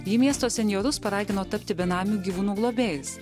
ji miesto senjorus paragino tapti benamių gyvūnų globėjais